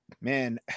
Man